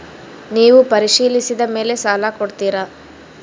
ನೇವು ಪರಿಶೇಲಿಸಿದ ಮೇಲೆ ಸಾಲ ಕೊಡ್ತೇರಾ?